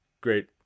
great